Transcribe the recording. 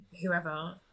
whoever